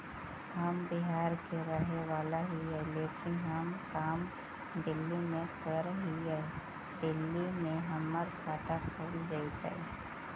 हम बिहार के रहेवाला हिय लेकिन हम काम दिल्ली में कर हिय, दिल्ली में हमर खाता खुल जैतै?